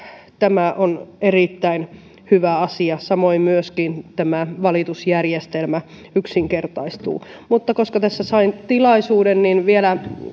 tämä on erittäin hyvä asia samoin myöskin tämä valitusjärjestelmä yksinkertaistuu mutta koska tässä sain tilaisuuden niin vielä